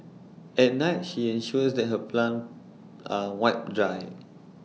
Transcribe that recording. at night she ensures that her plant are wiped dry